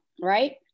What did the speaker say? right